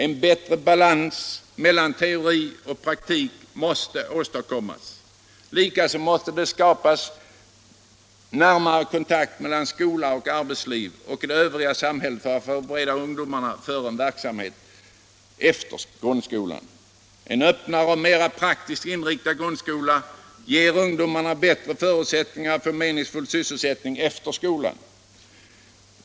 En bättre balans mellan teori och praktik måste åstadkommas. Likaså måste det skapas närmare kontakt mellan skola, arbetsliv och det övriga samhället för att förbereda ungdomarna för verksamheten efter grundskolan. En öppnare och mera praktiskt inriktad grundskola ger ungdomarna bättre förutsättningar att få meningsfull sysselsättning efter skolan.